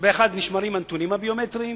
באחד נשמרים הנתונים הביומטריים